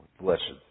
Blessed